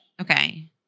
Okay